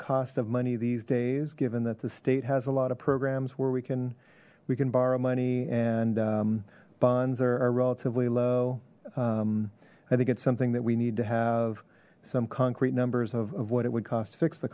cost of money these days given that the state has a lot of programs where we can we can borrow money and bonds are relatively low i think it's something that we need to have some concrete numbers of what it would cost to fix the